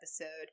episode